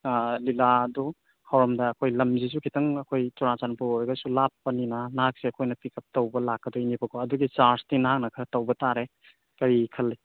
ꯑꯥ ꯂꯤꯂꯥꯗꯨ ꯍꯧꯔꯝꯗꯥꯏ ꯑꯩꯈꯣꯏ ꯂꯝꯁꯤꯁꯨ ꯈꯤꯇꯪ ꯑꯩꯈꯣꯏ ꯆꯨꯔꯥꯆꯥꯟꯄꯨꯔ ꯑꯣꯏꯔꯒꯁꯨ ꯂꯥꯞꯄꯅꯤꯅ ꯅꯍꯥꯛꯁꯦ ꯑꯩꯈꯣꯏꯅ ꯄꯤꯛꯑꯞ ꯇꯧꯕ ꯂꯥꯛꯀꯗꯣꯏꯅꯦꯕꯀꯣ ꯑꯗꯨꯒꯤ ꯆꯥꯔꯖꯇꯤ ꯅꯍꯥꯛꯅ ꯈꯔ ꯇꯧꯕ ꯇꯥꯔꯦ ꯀꯔꯤ ꯈꯜꯂꯤ